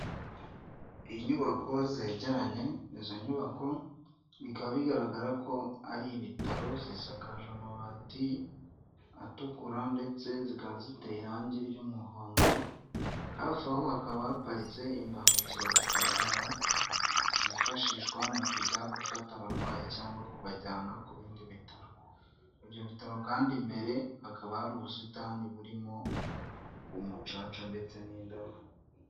Inyubako zegeranye izo nyubako bikaba bigaragara ko ari ibitaro zisakaje amabati atukura ndetse zikaba ziteye irangi ry'umuhondo hafi aho hakaba haparitse imbangukiragutabara zifashishwa mu kujya gufata abarwayi cyangwa kubajyana ku bindi bitaro ibyo bitaro kandi imbere hakaba hari ubusitani burimo umucaca ndetse n'indabo.